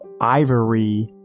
ivory